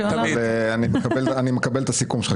אני מקבל את הסיכום שלך,